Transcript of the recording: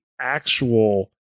actual